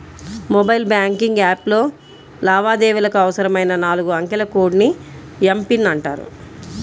mobile banking యాప్లో లావాదేవీలకు అవసరమైన నాలుగు అంకెల కోడ్ ని ఎమ్.పిన్ అంటారు